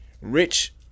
Rich